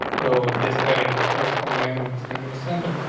though this heading the first one main one is gonna be the center.